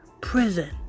prison